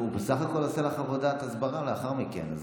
הוא בסך הכול עושה לך עבודת הסברה לאחר מכן.